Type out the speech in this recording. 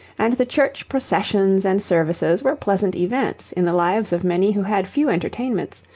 and the church processions and services were pleasant events in the lives of many who had few entertainments,